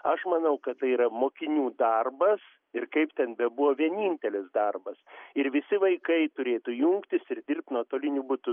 aš manau kad tai yra mokinių darbas ir kaip ten bebuvo vienintelis darbas ir visi vaikai turėtų jungtis ir dirbt nuotoliniu būdu